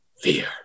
Fear